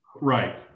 Right